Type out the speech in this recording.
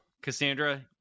Cassandra